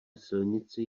silnici